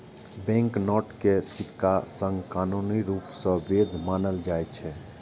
banknote कें सिक्काक संग कानूनी रूप सं वैध मानल जाइ छै